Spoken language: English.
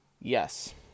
Yes